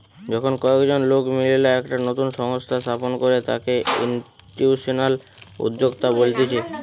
যখন কয়েকজন লোক মিললা একটা নতুন সংস্থা স্থাপন করে তাকে ইনস্টিটিউশনাল উদ্যোক্তা বলতিছে